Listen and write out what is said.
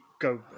go